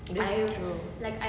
that's true